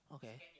okay